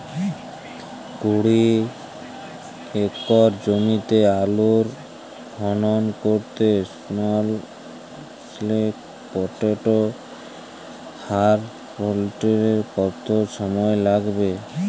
কুড়ি একর জমিতে আলুর খনন করতে স্মল স্কেল পটেটো হারভেস্টারের কত সময় লাগবে?